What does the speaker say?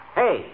hey